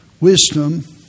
wisdom